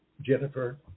Jennifer